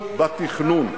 והפקק הוא בתכנון.